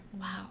Wow